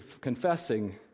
confessing